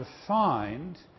defined